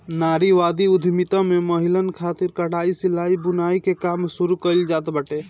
नारीवादी उद्यमिता में महिलन खातिर कटाई, सिलाई, बुनाई के काम शुरू कईल जात बाटे